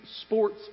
Sports